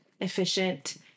efficient